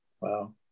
Wow